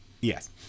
yes